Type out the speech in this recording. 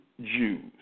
Jews